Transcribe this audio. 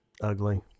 ugly